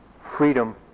freedom